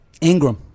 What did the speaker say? Ingram